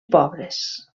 pobres